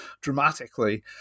dramatically